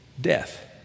death